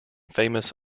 famous